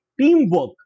teamwork